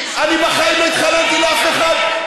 אני בחיים לא התחננתי לאף אחד,